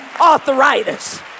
arthritis